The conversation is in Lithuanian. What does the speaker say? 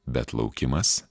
bet laukimas